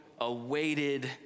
awaited